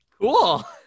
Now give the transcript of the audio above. Cool